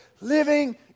living